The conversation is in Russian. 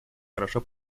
хорошо